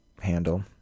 handle